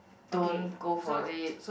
don't go for it